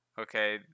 okay